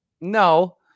No